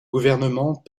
gouvernement